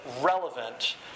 relevant